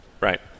Right